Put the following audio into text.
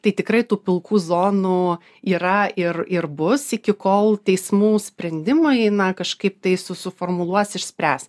tai tikrai tų pilkų zonų yra ir ir bus iki kol teismų sprendimai na kažkaip tai su suformuluos išspręs